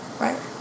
Right